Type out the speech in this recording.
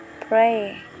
pray